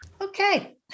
Okay